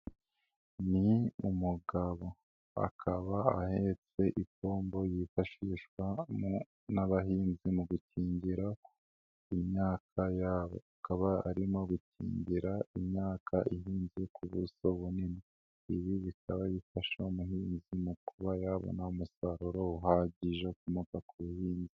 Ni umugabo akaba ahetse ipombo yifashishwa n'abahinzi mu gukingira imyaka yabo, akaba arimo gukingira imyaka ihinze ku buso bunini ibi bikaba bifasha umuhinzi mu kuba yabona umusaruro uhagije ukomoka ku buhinzi.